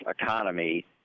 economy